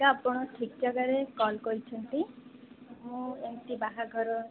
ଆପଣ ଠିକ୍ ଜାଗାରେ କଲ୍ କରିଛନ୍ତି ମୁଁ ଏମିତି ବାହାଘର